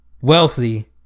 wealthy